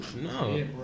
no